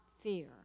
fear